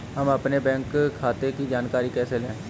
हम अपने बैंक खाते की जानकारी कैसे लें?